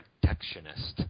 protectionist